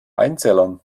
einzellern